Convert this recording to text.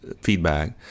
feedback